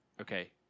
okay